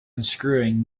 unscrewing